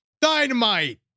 dynamite